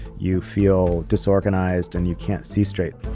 you feel disorganized and you can't see straight